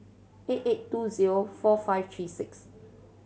eight eight two zero four five three six